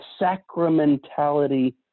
sacramentality